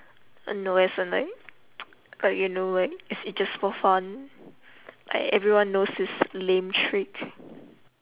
uh no as in like like you know like it's just for fun like everyone knows this lame trick